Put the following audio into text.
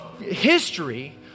history